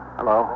Hello